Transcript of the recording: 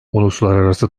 uluslararası